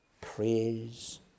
praise